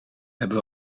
hebben